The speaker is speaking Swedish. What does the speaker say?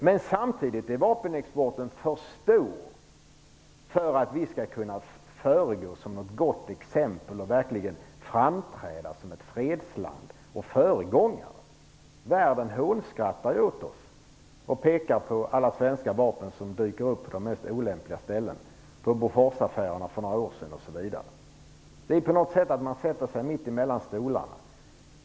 Men samtidigt är vapenexporten för stor för att vi skall kunna föregå med gott exempel och verkligen framträda som ett fredsland och alltså vara en föregångare. Världen hånskrattar ju åt oss och pekar på alla svenska vapen som dyker upp på de mest olämpliga ställen - Boforsaffären för några år sedan osv. På något sätt är det att sätta sig mellan stolarna.